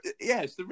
yes